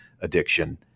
addiction